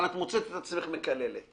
אבל את מוצאת את עצמך מקללת.